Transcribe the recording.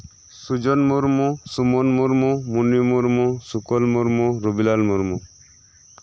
Sujon Murmu Sumon Murmu Moni Murmu Sukol Murmu Robilal Murmu